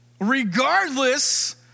Regardless